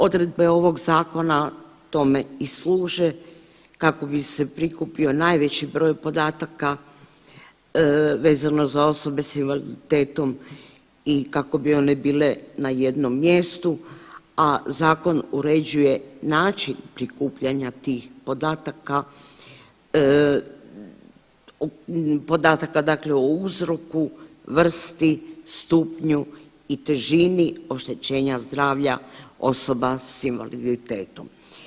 Odredbe ovog zakona tome i služe kako bi se prikupio najveći broj podataka vezano za osobe s invaliditetom i kako bi one bile na jednom mjestu, a zakon uređuje način prikupljanja tih podataka, podataka o uzroku, vrsti, stupnju i težini oštećenja zdravlja osoba s invaliditetom.